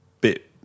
bit